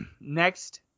Next